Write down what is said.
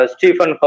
Stephen